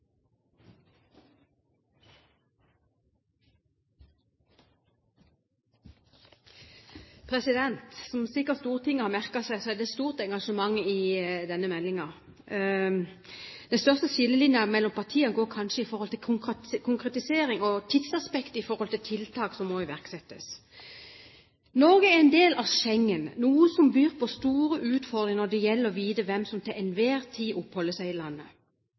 det stort engasjement knyttet til denne meldingen. De største skillelinjene mellom partiene går kanskje på konkretisering og tidsaspekt når det gjelder tiltak som må iverksettes. Norge er en del av Schengen, noe som byr på store utfordringer når det gjelder å vite hvem som til enhver tid oppholder seg i landet.